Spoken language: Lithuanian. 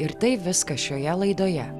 ir tai viskas šioje laidoje